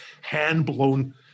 hand-blown